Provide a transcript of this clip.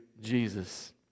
Jesus